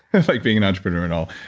it's like being an entrepreneur and all.